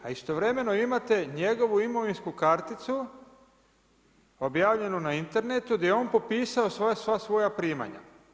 A istovremeno imate njegovu imovinsku karticu objavljenu na internetu gdje je on popisao sva svoja primanja.